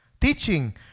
Teaching